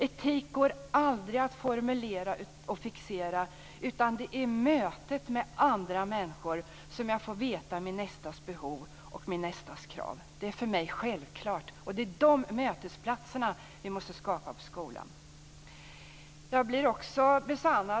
Etik går aldrig att formulera och fixera, utan det är i mötet med andra människor som jag får veta min nästas behov och min nästas krav. Det är för mig självklart. Det är de mötesplatserna vi måste skapa i skolan.